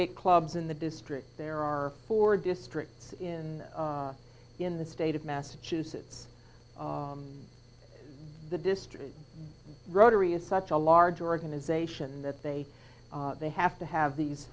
eight clubs in the district there are four districts in in the state of massachusetts the district rotary is such a large organisation that they they have to have these